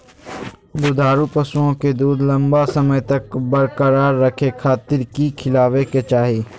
दुधारू पशुओं के दूध लंबा समय तक बरकरार रखे खातिर की खिलावे के चाही?